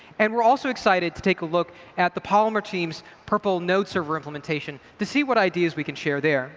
and we're also excited to take a look at the polymer team's prpl node server implementation to see what ideas we can share there